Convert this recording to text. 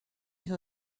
who